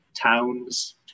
towns